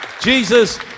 Jesus